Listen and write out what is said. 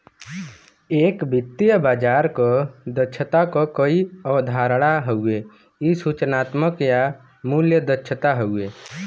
एक वित्तीय बाजार क दक्षता क कई अवधारणा हउवे इ सूचनात्मक या मूल्य दक्षता हउवे